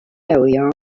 area